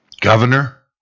governor